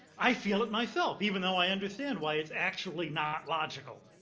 i feel it myself even though i understand why it's actually not logical.